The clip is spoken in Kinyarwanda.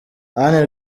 anne